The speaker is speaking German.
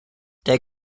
der